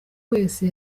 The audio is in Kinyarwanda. wese